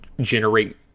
generate